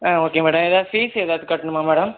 ஆ okay madam ஏதாவது fees ஏதாவது கட்டணுமா மேடம்